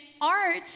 art